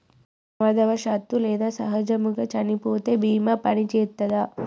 ప్రమాదవశాత్తు లేదా సహజముగా చనిపోతే బీమా పనిచేత్తదా?